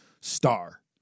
star